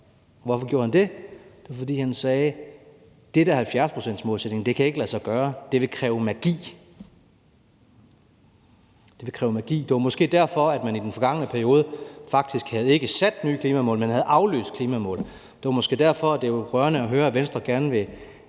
Hvorfor gjorde han det? Det var, sagde han, fordi: Den her 70-procentsmålsætning kan ikke lade sig gøre; det vil kræve magi. »Det vil kræve magi« – det var måske derfor, man i den forgangne periode faktisk ikke havde sat nye klimamål, men havde aflyst klimamål. Og det var måske derfor – og det var jo rørende at høre – at Venstre gerne ville bruge